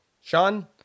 Sean